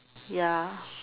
ya